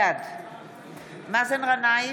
בעד מאזן גנאים,